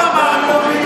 את זה אנחנו אמרנו?